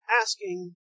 asking